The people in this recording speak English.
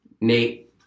Nate